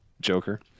joker